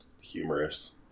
humorous